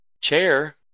chair